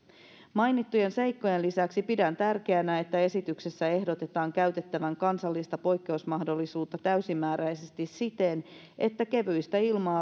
mainittujen seikkojen lisäksi pidän tärkeänä että esityksessä ehdotetaan käytettävän kansallista poikkeusmahdollisuutta täysimääräisesti siten että kevyistä ilma